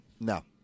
No